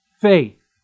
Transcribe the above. faith